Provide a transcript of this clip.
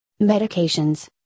medications